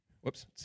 Whoops